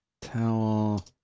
towel